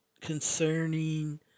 concerning